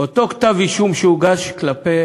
כתב-האישום שהוגש כלפי